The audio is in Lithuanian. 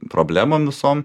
problemom visom